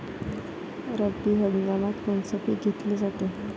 रब्बी हंगामात कोनचं पिक घेतलं जाते?